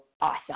awesome